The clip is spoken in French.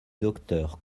docteur